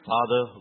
Father